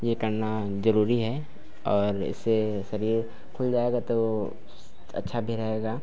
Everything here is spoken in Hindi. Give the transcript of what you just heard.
यह करना ज़रूरी है और इससे शरीर खुल जाएगा तो अच्छा भी रहेगा